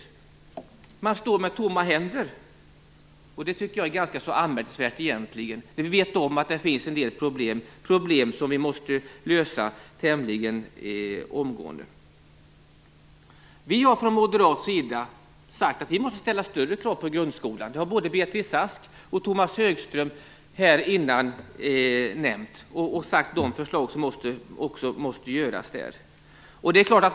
Regeringen står med tomma händer, och det tycker jag egentligen är ganska anmärkningsvärt, eftersom vi vet att det finns en del problem som vi måste lösa tämligen omgående. Vi har från moderat sida sagt att vi måste ställa högre krav på grundskolan. Det har både Beatrice Ask och Tomas Högström nämnt tidigare, och de har också sagt vad som måste göras.